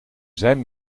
zijn